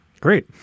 Great